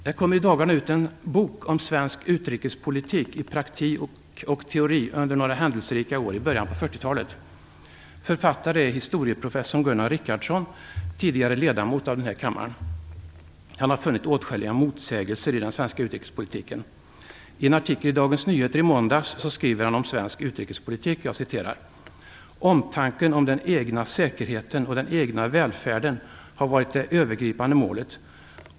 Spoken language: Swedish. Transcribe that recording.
Det kommer i dagarna ut en bok om svensk utrikespolitik i praktik och teori under några händelserika år i början på 1940-talet. Författare är historieprofessorn Gunnar Richardson, tidigare ledamot av denna kammare. Han har funnit åtskilliga motsägelser i den svenska utrikespolitiken. I en artikel i Dagens Nyheter i måndags skriver han om svensk utrikespolitik: "Omtanken om den egna säkerheten och den egna välfärden har varit det övergripande målet.